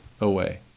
away